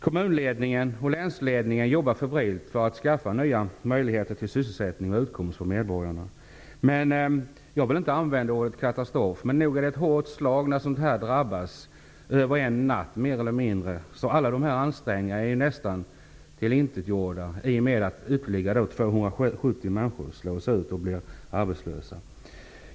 Kommunledningen och länsledningen jobbar febrilt för att skaffa nya möjligheter till sysselsättning och utkomst för medborgarna. Jag vill inte använda ordet katastrof, men nog är det ett hårt slag att drabbas av sådant här mer eller mindre över en natt. Nästan alla ansträngningar är tillintetgjorda i och med att ytterligare 270 människor slås ut och blir arbetslösa.